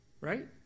Right